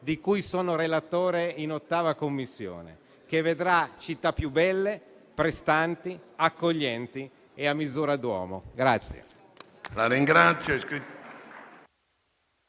di cui sono relatore in 8a Commissione, che vedrà città più belle, prestanti, accoglienti e a misura d'uomo.